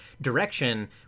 direction